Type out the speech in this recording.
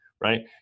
right